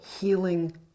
healing